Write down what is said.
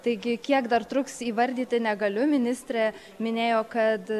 taigi kiek dar truks įvardyti negaliu ministrė minėjo kad